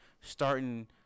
starting